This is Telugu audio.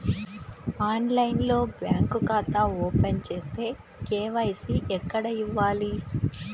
ఆన్లైన్లో బ్యాంకు ఖాతా ఓపెన్ చేస్తే, కే.వై.సి ఎక్కడ ఇవ్వాలి?